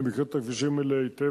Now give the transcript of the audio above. הרי אני מכיר את הכבישים האלה היטב,